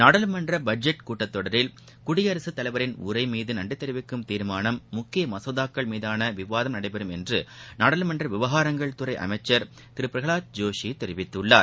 நாடாளுமன்ற பட்ஜெட் கூட்டத் தொடரில் குடியரசுத்தலைவரின் உரை மீது நன்றி தெரிவிக்கும் தீர்மானம் முக்கிய மசோதாக்கள் மீதான விவாதம் நடைபெறும் என்று நாடாளுமன்ற விவகாரங்கள் துறை அமைச்சர் திரு பிரகலாத் ஜோஷி தெரிவித்துள்ளார்